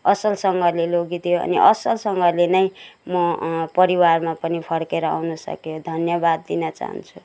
असलसँगले लोगि दियो अनि असलसँगले नै म परिवारमा पनि फर्केर आउन सके धन्यवाद दिन चाहन्छु